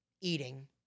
eating